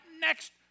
next